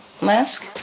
mask